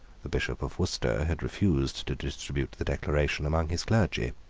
the bishop of worcester had refused to distribute the declaration among his clergy.